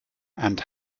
and